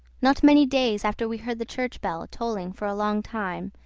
not many days after we heard the church-bell tolling for a long time,